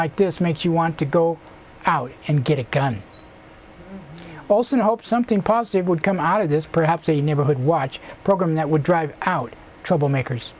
like this makes you want to go out and get it done also hope something positive would come out of this perhaps a neighborhood watch program that would drive out troublemakers